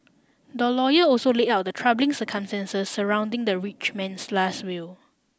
the lawyer also laid out the troubling circumstances surrounding the rich man's last will